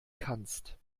kannst